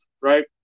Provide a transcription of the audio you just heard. right